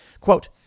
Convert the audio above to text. Quote